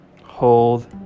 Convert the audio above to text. Hold